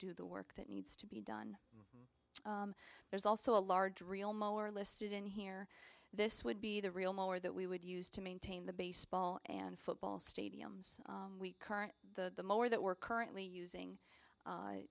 do the work that needs to be done there's also a large reel mower listed in here this would be the real mower that we would use to maintain the baseball and football stadiums current the more that we're currently using